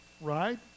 right